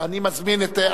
גם הוא היה בוועדת החינוך.